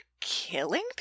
killing